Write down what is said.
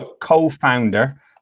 co-founder